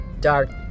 Dark